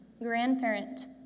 Grandparent